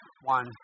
one